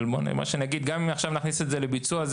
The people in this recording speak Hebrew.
אבל גם אם עכשיו נכניס את זה לביצוע,